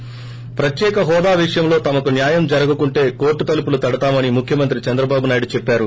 ి ప్రత్యేక హోదా విషయంలో తమకు న్యాయం జరగకుంటే కోర్లు తలుపులు తడతామని ముఖ్యమంత్రి చంద్రబాబునాయుడు చెప్పారు